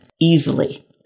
easily